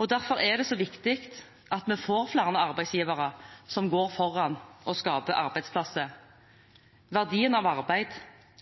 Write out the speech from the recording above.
Og derfor er det så viktig at vi får flere arbeidsgivere som går foran og skaper arbeidsplasser. Verdien av arbeid